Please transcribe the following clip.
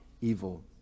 evil